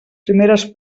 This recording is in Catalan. primeres